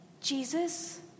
Jesus